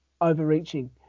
overreaching